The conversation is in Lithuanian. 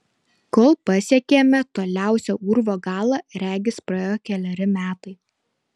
kol pasiekėme toliausią urvo galą regis praėjo keleri metai